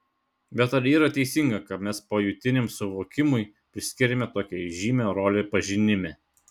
bet ar yra teisinga kad mes pojūtiniam suvokimui priskiriame tokią žymią rolę pažinime